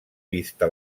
vista